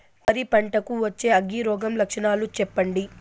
వరి పంట కు వచ్చే అగ్గి రోగం లక్షణాలు చెప్పండి?